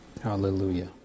Hallelujah